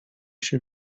się